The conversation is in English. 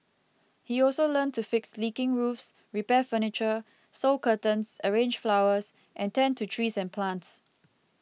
he also learnt to fix leaking roofs repair furniture sew curtains arrange flowers and tend to trees and plants